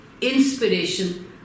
inspiration